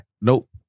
Nope